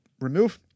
remove